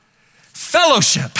Fellowship